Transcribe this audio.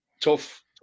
tough